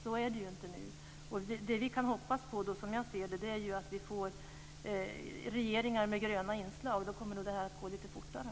Så är det ju inte nu. Det vi kan hoppas på, som jag ser det, är att vi får regeringar med gröna inslag - då kommer det här nog att gå lite fortare.